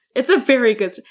it's a very good